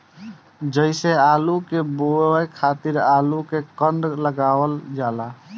जइसे आलू के बोए खातिर आलू के कंद लगावल जाला